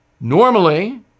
Normally